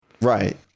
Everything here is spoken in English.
Right